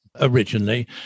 originally